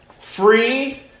free